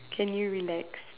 can you relax